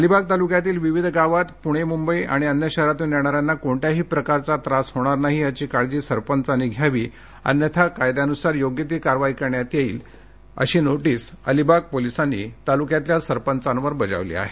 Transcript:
अलिवाग तालुक्यातील विविध गावात पुणे मुंबई किंवा अन्य शहरातून येणाऱ्यांना कोणत्याही प्रकारचा त्रास होणार नाही याची काळजी सरपंचांनी घ्यावी अन्यथा कायद्यानुसार योग्य ती कारवाई करण्यात येईल अशी नोटीस अलिबाग पोलिसांनी तालुक्यातील सरपंचांवर बजावली आहे